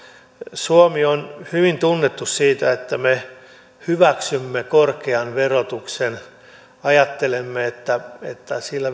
suomi on hyvin tunnettu siitä että me hyväksymme korkean verotuksen ajattelemme että että sillä